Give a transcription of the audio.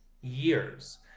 years